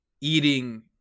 eating